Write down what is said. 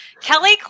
Kelly